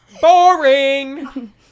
Boring